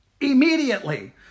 Immediately